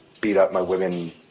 beat-up-my-women